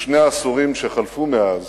בשני העשורים שחלפו מאז